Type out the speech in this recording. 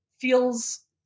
feels